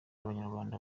abanyarwanda